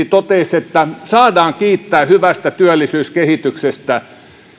totesi että saadaan kiittää hyvästä työllisyyskehityksestä